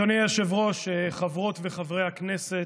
אדוני היושב-ראש, חברות וחברי הכנסת,